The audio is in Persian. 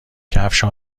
کفشها